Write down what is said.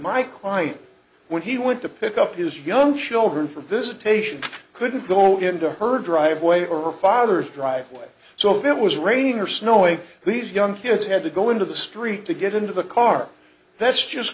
my client when he went to pick up his young children for visitation couldn't go into her driveway or her father's driveway so if it was raining or snowing these young kids had to go into the street to get into the car that's just